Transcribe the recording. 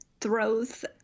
throws